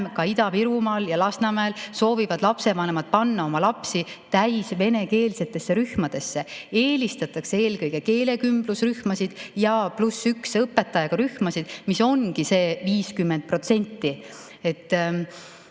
ka Ida-Virumaal ja Lasnamäel soovivad lapsevanemad panna oma lapsi täiesti venekeelsetesse rühmadesse. Eelistatakse eelkõige keelekümblusrühmasid ja +1 õpetajaga rühmasid, mis ongi see 50%.Kui